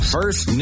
First